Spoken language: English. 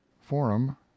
forum